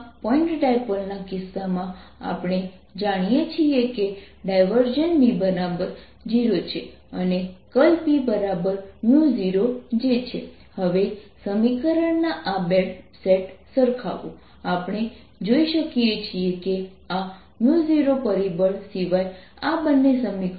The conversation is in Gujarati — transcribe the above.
સપાટીના ચુંબકીય ચાર્જ તમે અહીં જોઈ શકો છો